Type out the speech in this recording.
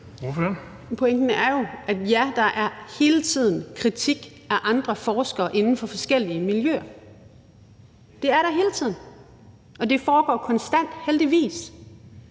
(EL): Pointen er jo, at ja, der hele tiden er kritik af andre forskere inden for forskellige miljøer; det er der hele tiden, og det foregår konstant – heldigvis